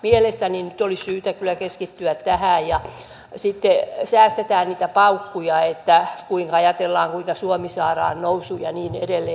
mielestäni nyt olisi syytä kyllä keskittyä tähän ja säästetään niitä paukkuja kun ajatellaan kuinka suomi saadaan nousuun ja niin edelleen